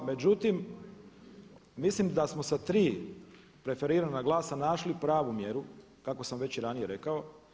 Međutim, mislim da smo sa tri preferirana glasa našli pravu mjeru kako sam već i ranije rekao.